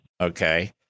Okay